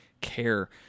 Care